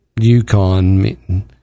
yukon